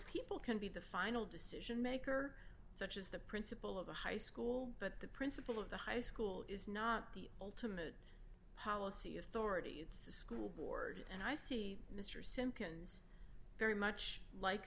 people can be the final decision maker such as the principal of a high school but the principal of the high school is not the ultimate policy authority it's the school board and i see mr simkins very much like